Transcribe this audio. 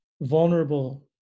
vulnerable